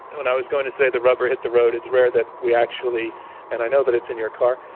when i was going to say the rubber hit the road, it's rare that we actually and i know that it's in your car.